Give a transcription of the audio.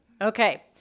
Okay